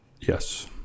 Yes